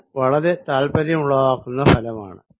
ഇത് വളരെ താല്പര്യമുളവാക്കുന്ന ഫലമാണ്